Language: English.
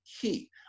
key